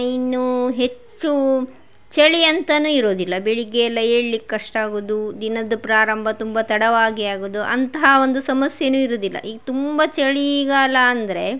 ಇನ್ನು ಹೆಚ್ಚು ಚಳಿಯಂತನೂ ಇರುದಿಲ್ಲ ಬೆಳಿಗ್ಗೆಯೆಲ್ಲ ಏಳ್ಲಿಕ್ಕೆ ಕಷ್ಟ ಆಗೋದು ದಿನದ ಪ್ರಾರಂಭ ತುಂಬ ತಡವಾಗಿ ಆಗೋದು ಅಂತಹ ಒಂದು ಸಮಸ್ಯೆಯೂ ಇರುದಿಲ್ಲ ಈಗ ತುಂಬ ಚಳಿಗಾಲ ಅಂದರೆ